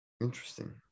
Interesting